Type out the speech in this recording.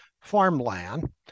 farmland